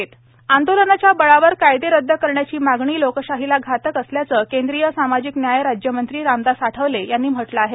राज्यमंत्री रामदास आठवले आंदोलनाच्या बळावर कायदे रद्द करण्याची मागणी लोकशाहीला घातक असल्याचं केंद्रीय सामाजिक न्याय राज्यमंत्री रामदास आठवले यांनी म्हटलं आहे